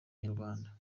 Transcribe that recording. nyarwanda